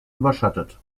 überschattet